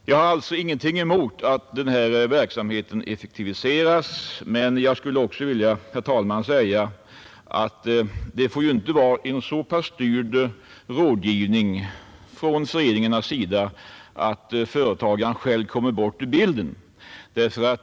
Jag har alltså ingenting emot att den här verksamheten effektiviseras, men jag skulle också vilja säga, herr talman, att det får ju inte vara en så pass styrd rådgivning från föreningarnas sida att företagaren själv kommer bort i bilden.